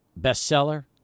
bestseller